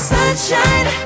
Sunshine